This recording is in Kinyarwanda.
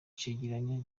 cegeranyo